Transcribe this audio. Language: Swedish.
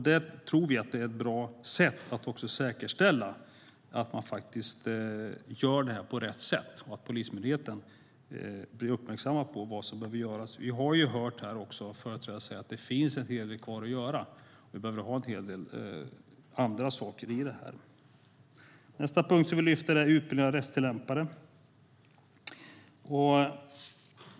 Det tror vi är ett bra sätt att säkerställa att detta görs på rätt sätt och att polismyndigheten blir uppmärksammad på vad som behöver göras. Vi har också hört företrädare här säga att det finns en hel del kvar att göra och att vi behöver ha en hel del andra saker i detta. Nästa punkt vi lyfter fram är utbildning av rättstillämpare.